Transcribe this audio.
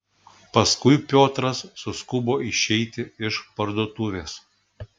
paskui piotras suskubo išeiti iš parduotuvės